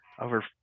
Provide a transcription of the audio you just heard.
over